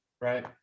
Right